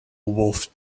wolf